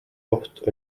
koht